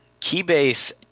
Keybase